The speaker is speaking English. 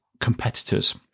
competitors